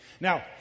now